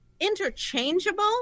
interchangeable